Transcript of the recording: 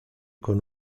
con